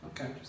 okay